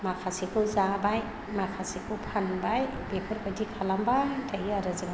माखासेखौ जाबाय माखासेखौ फानबाय बेफोरबायदि खालामबाय थायो आरो जोङो